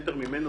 מטר ממנו,